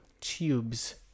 tubes